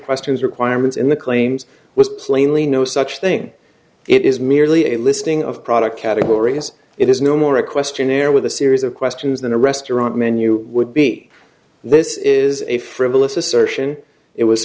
questions requirements in the claims was plainly no such thing it is merely a listing of product categories it is no more a questionnaire with a series of questions than a restaurant menu would be this is a frivolous assertion it was